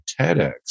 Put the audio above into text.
TEDx